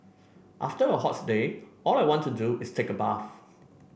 after a hot day all I want to do is take a bath